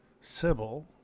Sybil